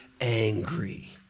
angry